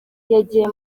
yagiye